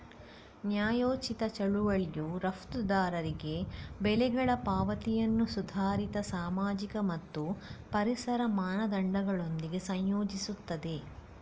ನ್ಯಾಯೋಚಿತ ಚಳುವಳಿಯು ರಫ್ತುದಾರರಿಗೆ ಬೆಲೆಗಳ ಪಾವತಿಯನ್ನು ಸುಧಾರಿತ ಸಾಮಾಜಿಕ ಮತ್ತು ಪರಿಸರ ಮಾನದಂಡಗಳೊಂದಿಗೆ ಸಂಯೋಜಿಸುತ್ತದೆ